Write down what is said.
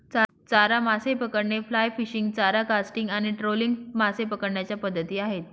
चारा मासे पकडणे, फ्लाय फिशिंग, चारा कास्टिंग आणि ट्रोलिंग मासे पकडण्याच्या पद्धती आहेत